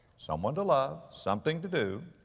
someone to love, something to do,